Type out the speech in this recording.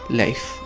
life